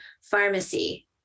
pharmacy